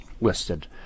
listed